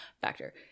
factor